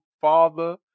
father